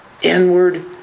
inward